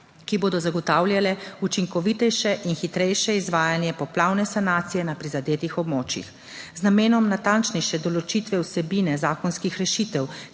ki bodo zagotavljale učinkovitejše in hitrejše izvajanje poplavne sanacije na prizadetih območjih. Z namenom natančnejše določitve vsebine zakonskih rešitev,